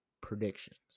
predictions